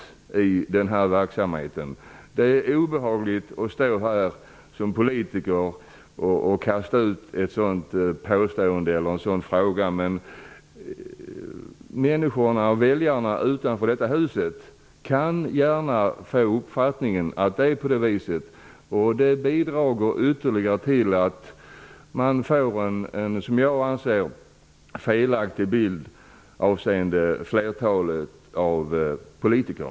Det är obehagligt att som politiker här i riksdagen behöva kasta ut ett sådant påstående eller en sådan undran, men människorna, väljarna utanför detta hus, kan gärna få uppfattningen att det är på det viset, och det bidrar ytterligare till att man får en som jag anser felaktig bild av flertalet politiker.